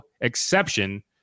exception